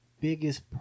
biggest